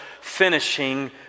finishing